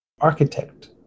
architect